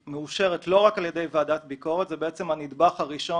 מאושרת לא רק על ידי ועדת ביקורת - זה הנדבך הראשון